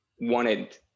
wanted